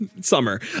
summer